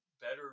better